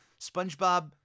SpongeBob